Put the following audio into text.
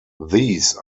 these